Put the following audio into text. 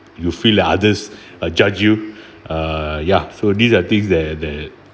you feel others uh judge you uh ya so these are things that that